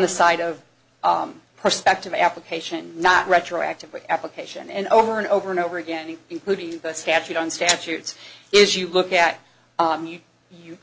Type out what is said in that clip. the side of perspective application not retroactively application and over and over and over again including the statute on statutes is you look at you